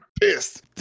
pissed